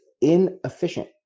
inefficient